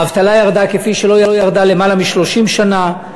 האבטלה ירדה כפי שלא ירדה למעלה מ-30 שנה,